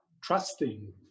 trusting